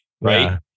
right